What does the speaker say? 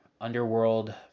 underworld